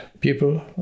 people